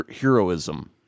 heroism